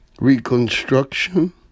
Reconstruction